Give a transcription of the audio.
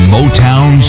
Motown